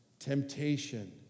temptation